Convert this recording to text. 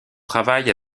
travaille